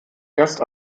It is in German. erst